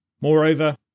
Moreover